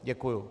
Děkuju.